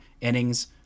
innings